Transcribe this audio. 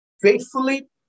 faithfully